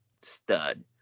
stud